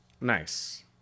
Nice